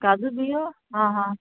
काजू बियो आं हां